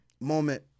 moment